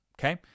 Okay